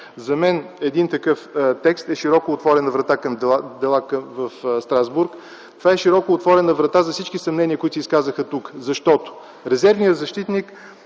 За мен един такъв текст е широко отворена врата за дела в Страсбург. Това е широко отворена врата и за всички съмнения, които се изказаха тук. Защото резервният защитник